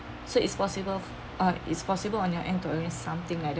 so it's possible uh is possible on your end to arrange something like that